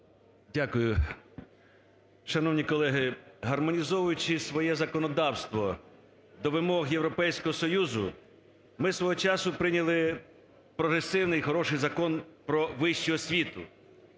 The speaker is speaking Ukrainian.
Дякую. Шановні колеги, гармонізовуючи своє законодавство до вимог Європейського Союзу, ми свого часу прийняли прогресивний і хороший Закон "Про вищу освіту",